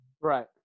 Right